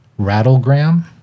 Rattlegram